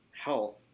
health